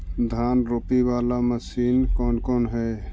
धान रोपी बाला मशिन कौन कौन है?